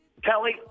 Kelly